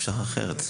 אפשר אחרת.